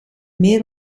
meer